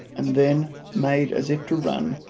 and then made as if to run,